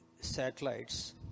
satellites